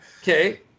Okay